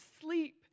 sleep